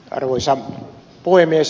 arvoisa puhemies